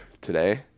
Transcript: today